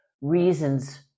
reasons